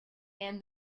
and